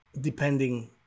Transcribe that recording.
depending